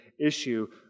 issue